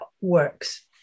works